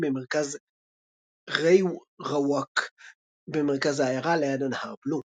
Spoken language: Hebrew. במרכז ריוורווק במרכז העיירה ליד הנהר בלו.